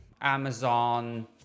Amazon